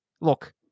look